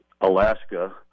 Alaska